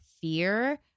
fear